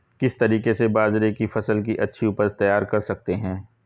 किस तरीके से बाजरे की फसल की अच्छी उपज तैयार कर सकते हैं?